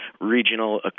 regional